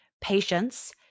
patience